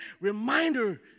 reminder